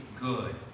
good